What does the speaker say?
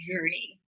journey